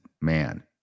man